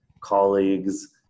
colleagues